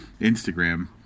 Instagram